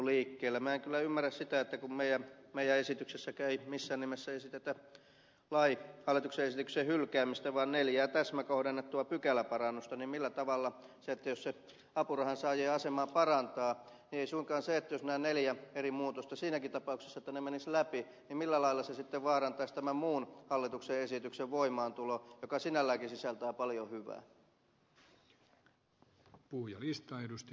minä en kyllä ymmärrä sitä että kun meidän esityksessämmekään ei missään nimessä esitetä lain hallituksen esityksen hylkäämistä vaan neljää täsmäkohdennettua pykäläparannusta niin millä tavalla se jos se apurahansaajien asemaa parantaa siinäkin tapauksessa että nämä neljä eri muutosta menisivät läpi sitten vaarantaisi tämän muun hallituksen esityksen voimaantulon joka sinälläänkin sisältää paljon hyvää